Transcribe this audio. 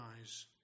eyes